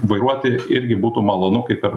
vairuoti irgi būtų malonu kaip ir